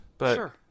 Sure